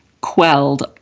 quelled